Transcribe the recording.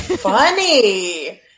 funny